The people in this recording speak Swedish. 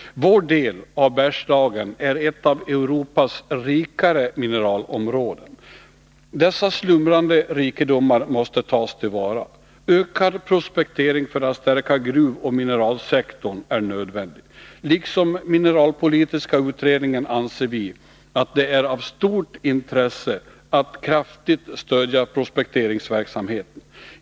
Vår del av Bergslagen är ett av Europas rikaste mineralområden. Dessa slumrande rikedomar måste tas till vara. Ökad prospektering för att stärka gruvoch mineralsektorn är nödvändig. Liksom mineralpolitiska utredningen anser vi att det är av stort intresse att kraftigt stödja prospekteringsverksamheten.